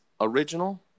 original